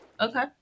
Okay